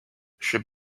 should